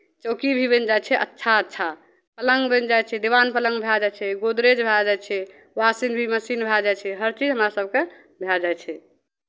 चौकी भी बनि जाइ छै अच्छा अच्छा पलङ्ग बनि जाइत छै दीवान पलङ्ग भए जाइ छै गोदरेज भए जाइ छै वासिन भी मसीन हरचीज हमरा सभकेँ भए जाइ छै